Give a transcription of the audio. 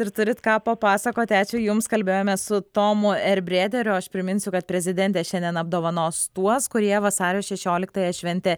ir turit ką papasakoti ačiū jums kalbėjome su tomu erbreiderio aš priminsiu kad prezidentė šiandien apdovanos tuos kurie vasario šešioliktąją šventė